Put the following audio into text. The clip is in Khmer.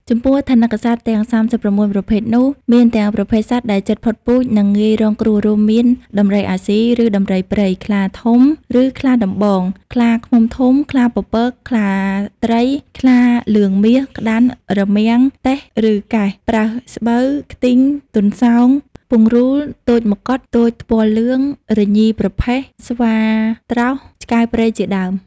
ចំពោះថនិកសត្វទាំង ៣៩ ប្រភេទនោះ មានទាំងប្រភេទសត្វដែលជិតផុតពូជ និងងាយរងគ្រោះ រួមមាន ដំរីអាស៊ី ឬដំរីព្រៃ ខ្លាធំ ឬខ្លាដំបង ខ្លាឃ្មុំធំ ខ្លាពពក ខ្លាត្រី ខ្លាលឿងមាស ក្តាន់ រមាំង តេះ ឬកែះ ប្រើសស្បូវ ខ្ទីង ទន្សោង ពង្រូល ទោចម្កុដ ទោចថ្ពាល់លឿង រញីប្រផេះ ស្វាត្រោស ឆ្កែព្រៃជាដើម។